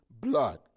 blood